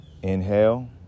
Inhale